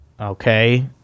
okay